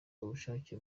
ubushake